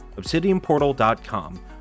obsidianportal.com